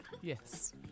Yes